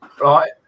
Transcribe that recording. Right